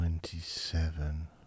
Twenty-seven